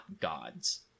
gods